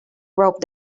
rope